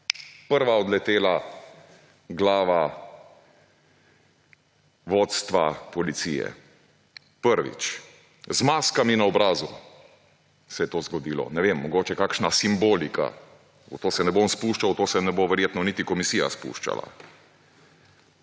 prva odletela glava vodstva policije. Prvič! Z maskami na obrazu se je to zgodilo. Ne vem, mogoče kakšna simbolika. V to se ne bom spuščal, v to se ne bo verjetno niti komisija spuščala.